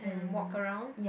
then walk around